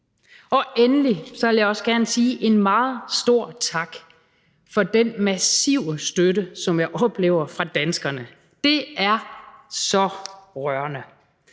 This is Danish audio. mig. Endelig vil jeg også gerne sige en meget stor tak for den massive støtte, som jeg oplever fra danskerne. Det er så rørende.